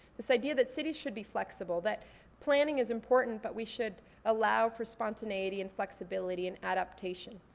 this idea that cities should be flexible, that planning is important but we should allow for spontaneity and flexibility, and adaptation.